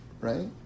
Right